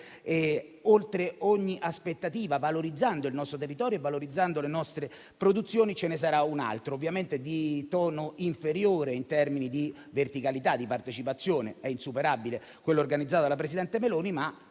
e oltre ogni aspettativa, valorizzando il nostro territorio e le nostre produzioni. Ce ne sarà un altro, ovviamente di tono inferiore in termini di verticalità di partecipazione (è insuperabile quello organizzato dalla presidente Meloni), ma